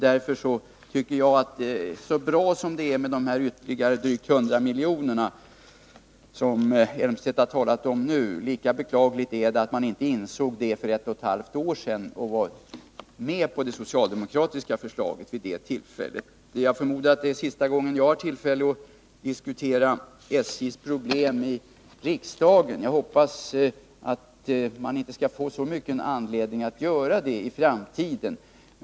Lika bra som det är med de ytterligare 100 miljoner som Claes Elmstedt nu talat om, lika beklagligt är det att man inte insåg det behovet för ett och ett halvt år sedan och vid det tillfället gick med på det socialdemokratiska förslaget. Jag förmodar att detta är sista gången jag har tillfälle att diskutera SJ:s problem i riksdagen. Jag hoppas att det inte skall finnas så stor anledning att göra det i framtiden.